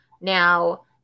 Now